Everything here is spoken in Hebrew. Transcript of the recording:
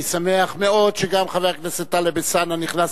אני שמח מאוד שגם חבר הכנסת טלב אלסאנע נכנס